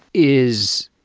is.